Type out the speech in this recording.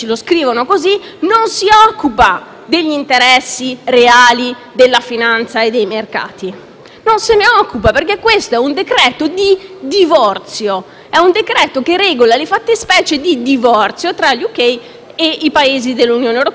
degli interessi reali della finanza e dei mercati. Non se ne occupa perché questo è un decreto-legge di "divorzio"; è un decreto-legge che regola le fattispecie di divorzio tra il Regno Unito e i Paesi dell'Unione europea e, in questo caso, l'Italia. Dal